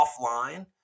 offline